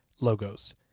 logos